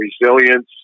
resilience